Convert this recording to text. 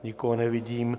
Nikoho nevidím.